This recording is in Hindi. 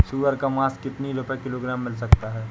सुअर का मांस कितनी रुपय किलोग्राम मिल सकता है?